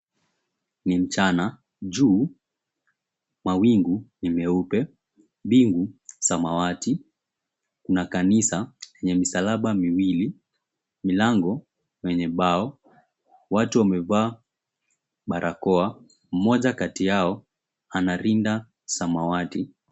Ni mchana. Juu mawingu ni meupe, mbingu samawati. Kuna kanisa lenye misalaba miwili milango yenye bao. Watu wamevaa barakoa, mmoja kati yao anarinda samawati.